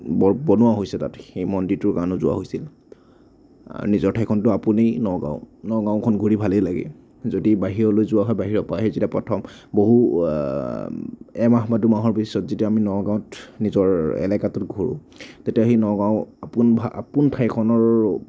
ব বনোৱা হৈছে তাত সেই মন্দিৰটোৰ কাৰণেও যোৱা হৈছিল নিজৰ ঠাইখনতো আপোনেই নগাঁও নগাঁওখন ঘূৰি ভালেই লাগে যদি বাহিৰলৈ যোৱা হয় বাহিৰৰ পৰা আহি যেতিয়া প্ৰথম বহু এমাহ বা দুমাহৰ পিছত যেতিয়া আমি নগাঁৱত নিজৰ এলেকাটোত ঘূৰোঁ তেতিয়া সেই নগাঁও আপোন ভা আপোন ঠাইখনৰ